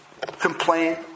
complain